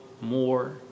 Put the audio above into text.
more